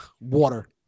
water